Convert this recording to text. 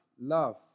love